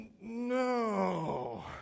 no